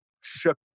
shook